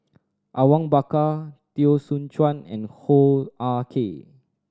Awang Bakar Teo Soon Chuan and Hoo Ah Kay